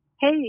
hey